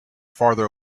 farther